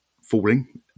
falling